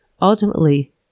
Ultimately